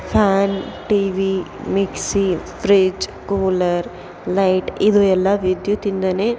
fan T V mixie fridge cooler light ಇದು ಎಲ್ಲ ವಿದ್ಯುತ್ತಿಂದನೆ